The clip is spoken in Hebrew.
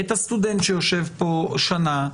הסטודנט שיושב כאן שנה,